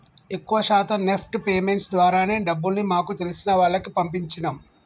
ఎక్కువ శాతం NEFT payments ద్వారానే డబ్బుల్ని మాకు తెలిసిన వాళ్లకి పంపించినం